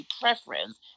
preference